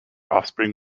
offspring